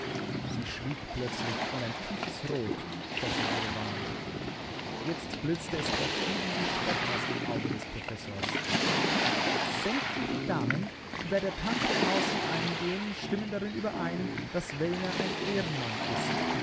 sie schwieg plötzlich und ein tiefes rot schoß in ihre wangen jetzt blitzte es entschieden wie spott aus dem auge des professors sämtliche damen die bei der tante aus und ein gehen stimmen darin überein daß wellner ein ehrenmann ist